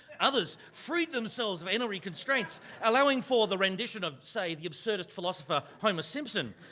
others freed themselves of and any constraints, allowing for the rendition of say the absurdist philosopher homer simpson,